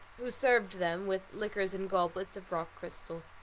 who served them with liquors in goblets of rock-crystal.